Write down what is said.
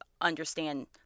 understand